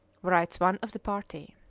writes one of the party.